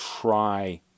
try